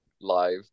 live